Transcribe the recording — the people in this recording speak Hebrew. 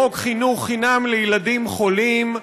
חוק חינוך חינם לילדים חולים.